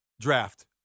draft